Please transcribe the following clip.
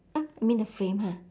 uh you mean the frame ha